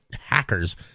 hackers